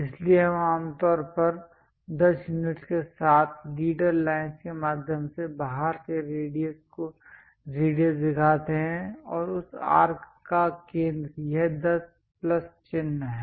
इसलिए हम आम तौर पर 10 यूनिट्स के साथ लीडर लाइन के माध्यम से बाहर से रेडियस दिखाते हैं और उस आर्क का केंद्र यह 10 प्लस चिह्न है